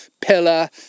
Pillar